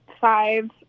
five